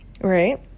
right